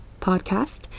podcast